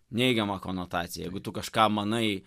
neigiamą konotaciją jeigu tu kažką manai